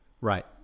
Right